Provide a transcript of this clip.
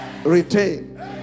Retain